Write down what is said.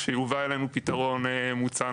כשיובא לנו פתרון מוצע,